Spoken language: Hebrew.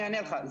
אני אענה לך,